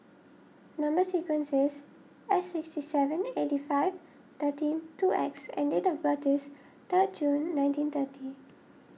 Number Sequence is S sixty seven eighty five thirteen two X and date of birth is third June nineteen thirty